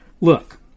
Look